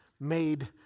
made